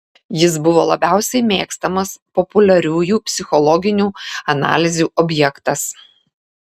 jis buvo labiausiai mėgstamas populiariųjų psichologinių analizių objektas